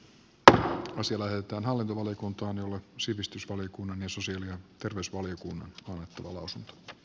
tätä esille että hallintovaliokuntaan jolle sivistysvaliokunnan ja sosiaali ja tämä suuri puute